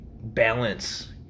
balance